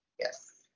yes